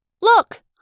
Look